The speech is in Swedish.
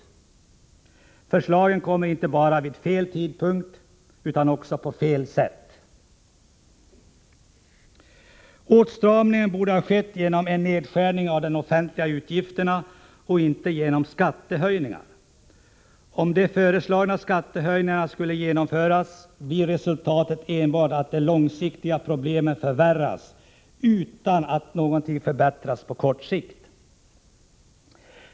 Det är inte bara så att förslagen kommer vid fel tidpunkt, utan det hela sker också på fel sätt. Åtstramningen borde ha åstadkommits genom en nedskärning av de offentliga utgifterna, inte genom skattehöjningar. Om de föreslagna skattehöjningarna skulle genomföras, resulterar det enbart i att de långsiktiga problemen förvärras utan att någonting förbättras på kort sikt.